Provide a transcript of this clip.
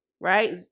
right